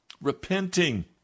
repenting